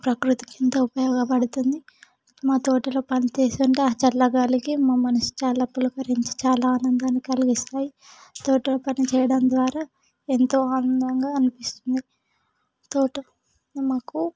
ప్రకృతికి ఎంతో ఉపయోగపడుతుంది మా తోటలో పని చేస్తూ ఉంటే ఆ చల్ల గాలికి మా మనస్సు చాలా పులకరించి చాలా ఆనందాన్ని కలిగిస్తాయి తోటలో పని చెయ్యడం ద్వారా ఎంతో ఆనందంగా అనిపిస్తుంది తోట మాకు